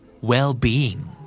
Well-being